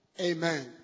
Amen